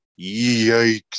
Yikes